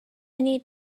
need